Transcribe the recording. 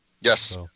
Yes